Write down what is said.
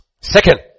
Second